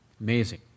Amazing